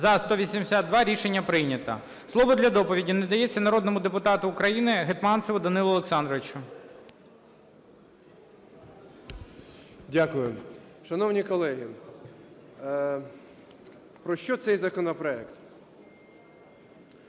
За-182 Рішення прийнято. Слово для доповіді надається народному депутату України Гетманцеву Данилу Олександровичу. 12:41:17 ГЕТМАНЦЕВ Д.О. Дякую. Шановні колеги, про що цей законопроект?